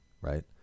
right